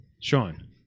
Sean